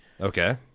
Okay